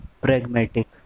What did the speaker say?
Pragmatic